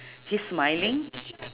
he's smiling